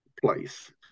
place